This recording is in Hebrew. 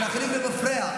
זה להחליף למפרע,